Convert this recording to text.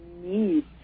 need